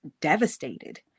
devastated